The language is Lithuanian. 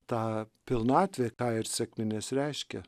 ta pilnatvė tą ir sekminės reiškia